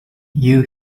yue